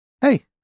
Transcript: hey